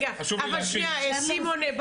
אני מבקשת לתת את רשות הדיבור לחבר הכנסת סימון דוידסון,